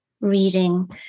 reading